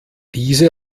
diese